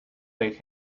del